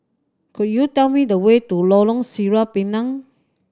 could you tell me the way to Lorong Sireh Pinang